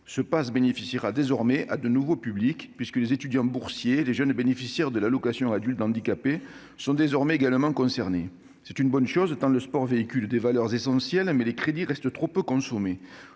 Ce Pass bénéficiera à de nouveaux publics, puisque les étudiants boursiers et les jeunes bénéficiaires de l'allocation aux adultes handicapés AAH y ont désormais accès. C'est une bonne chose, tant le sport véhicule des valeurs essentielles, mais les crédits restent trop peu consommés.